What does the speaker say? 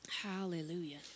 Hallelujah